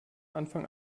anfang